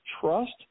trust –